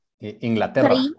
Inglaterra